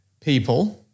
people